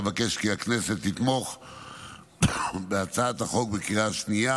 אבקש כי הכנסת תתמוך בהצעת החוק בקריאה השנייה